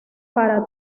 para